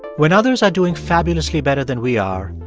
when others are doing fabulously better than we are,